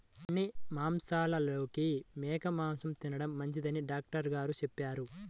అన్ని మాంసాలలోకి మేక మాసం తిండం మంచిదని డాక్టర్ గారు చెప్పారు